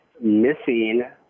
missing